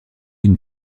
une